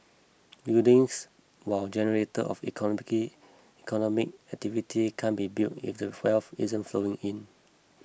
buildings while generator of economic activity can't be built if the wealth isn't flowing in